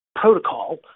protocol